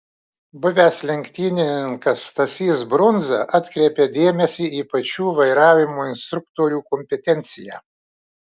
buvęs lenktynininkas stasys brundza atkreipia dėmesį į pačių vairavimo instruktorių kompetenciją